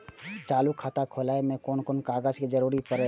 चालु खाता खोलय में कोन कोन कागज के जरूरी परैय?